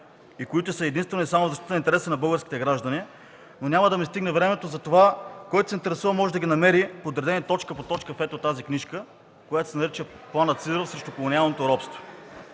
и които са единствено и само в защита на интереса на българските граждани, но няма да ми стигне времето. Който се интересува, може да ги намери подредени точка по точка в ето тази книжка (показва я), която се нарича „Планът Сидеров срещу колониалното робство”.